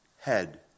head